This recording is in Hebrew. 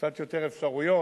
קצת יותר אפשרויות,